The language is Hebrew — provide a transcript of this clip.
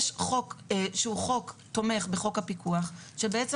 יש חוק שהוא חוק תומך בחוק הפיקוח שבעצם